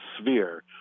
sphere